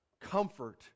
comfort